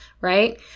right